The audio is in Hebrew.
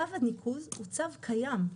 צו הניקוז הוא צו קיים.